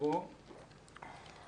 (הצגת מצגת)